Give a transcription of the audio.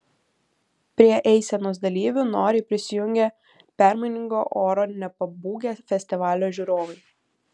prie eisenos dalyvių noriai prisijungė permainingo oro nepabūgę festivalio žiūrovai